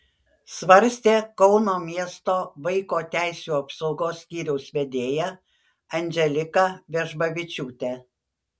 svarstė kauno miesto vaiko teisių apsaugos skyriaus vedėja andželika vežbavičiūtė